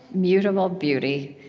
mutable beauty.